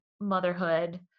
motherhood